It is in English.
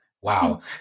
Wow